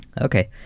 Okay